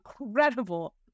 incredible